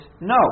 no